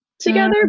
together